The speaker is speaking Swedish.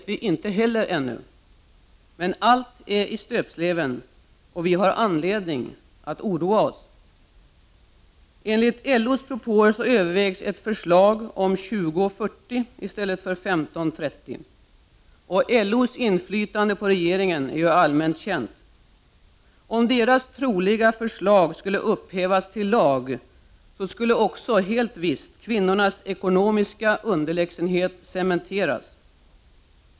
Allt är i stöpsleven, och vi har anledning att oroa oss. Enligt LO:s propåer övervägs ett förslag om 20 30. LO:s inflytande på regeringen är allmänt känt. Om det förslag som troligen kommer från LO skulle upphävas till lag, skulle kvinnornas ekonomiska underlägsenhet cementeras.